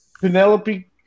Penelope